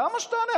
למה שתענה?